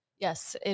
Yes